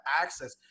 access